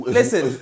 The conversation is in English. Listen